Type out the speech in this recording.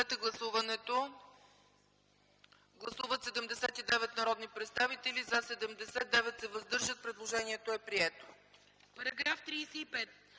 Параграф 20